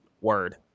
word